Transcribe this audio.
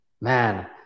man